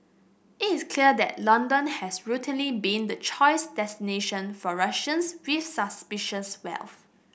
it is clear that London has routinely been the choice destination for Russians with suspicious wealth